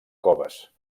coves